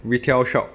retail shop